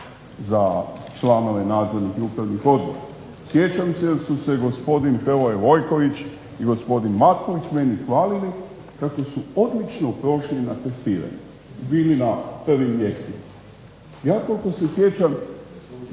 za članove nadzornih i upravnih odbora, sjećam se jer su se gospodin Hrvoje Vojković i gospodin Matković meni hvalili kako su odlično prošli na testiranju i bili na … Ja koliko se sjećam